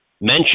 mention